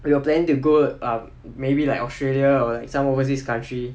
we were planning to go um maybe like australia or some overseas country